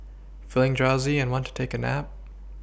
feeling drowsy and want to take a nap